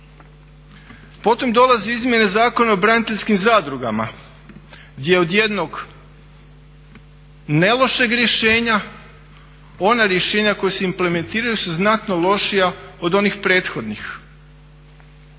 Potom dolaze izmjene Zakona o braniteljskim zadrugama gdje od jednog ne lošeg rješenja ona rješenja koja se implementiraju su znatno lošija od onih prethodnih.